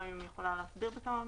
פיגנבוים יכולה להסביר בכמה מילים?